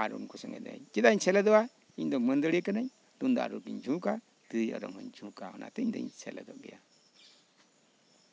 ᱟᱨ ᱩᱱᱠᱩ ᱪᱮᱫᱟᱜ ᱤᱧ ᱥᱮᱞᱮᱫᱚᱜᱼᱟ ᱤᱧ ᱫᱚ ᱢᱟᱹᱫᱟᱹᱲᱤᱭᱟᱹ ᱠᱟᱹᱱᱟᱹᱧ ᱛᱩᱢᱫᱟᱜ ᱨᱩᱧ ᱡᱷᱩᱸᱠᱼᱟ ᱛᱤᱨᱳ ᱚᱨᱚᱝ ᱦᱚᱸᱧ ᱡᱷᱩᱸᱠᱼᱟ ᱚᱱᱟᱛᱮ ᱤᱧ ᱫᱩᱧ ᱥᱮᱞᱮᱫᱚᱜ ᱜᱮᱭᱟ